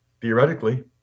theoretically